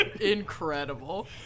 Incredible